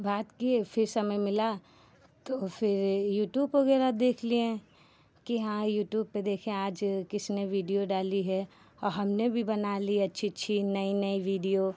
बात किए फिर समय मिला तो फिर यूट्यूब वग़ैरह देख लिए कि हाँ यूटूब पर आज देखें किसने वीडियो डाली है और हमने भी बना लिए अच्छे अच्छे नए नए वीडियो